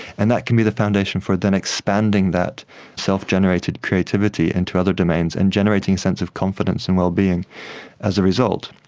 and that can be the foundation for then expanding that self-generated creativity into other domains and generating a sense of confidence and well-being as a result.